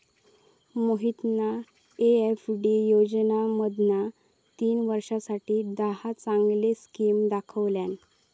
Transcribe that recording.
मोहितना एफ.डी योजनांमधना तीन वर्षांसाठी दहा चांगले स्किम दाखवल्यान